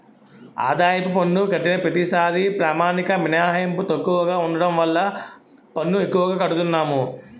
ఆదాయపు పన్ను కట్టిన ప్రతిసారీ ప్రామాణిక మినహాయింపు తక్కువగా ఉండడం వల్ల పన్ను ఎక్కువగా కడతన్నాము